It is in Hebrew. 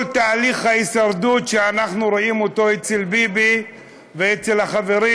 כל תהליך ההישרדות שאנחנו רואים אצל ביבי ואצל החברים,